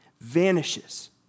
vanishes